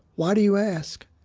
why do you ask?